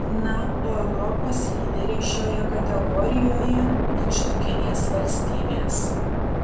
na o europos lyderiai šioje kategorijoje nykštukinės valstybės